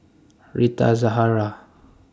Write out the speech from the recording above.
Rita Zahara